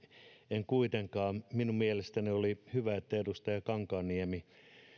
en sitten kuitenkaan minun mielestäni oli hyvä että edustaja kankaanniemi